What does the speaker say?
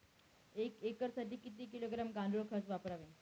एक एकरसाठी किती किलोग्रॅम गांडूळ खत वापरावे?